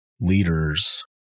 leaders